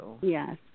Yes